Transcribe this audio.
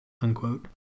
unquote